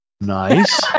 Nice